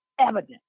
evidence